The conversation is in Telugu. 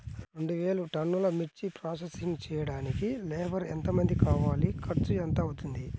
రెండు వేలు టన్నుల మిర్చి ప్రోసెసింగ్ చేయడానికి లేబర్ ఎంతమంది కావాలి, ఖర్చు ఎంత అవుతుంది?